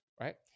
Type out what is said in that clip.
right